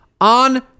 on